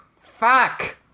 fuck